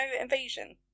invasion